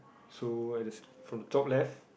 so at the from the top left